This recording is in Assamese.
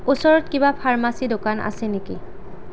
ওচৰত কিবা ফাৰ্মাচী দোকান আছে নেকি